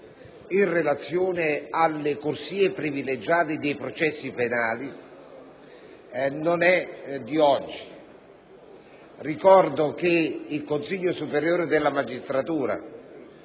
in relazione alle corsie privilegiate dei processi penali, non è di oggi. Ricordo che il Consiglio superiore della magistratura,